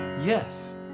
Yes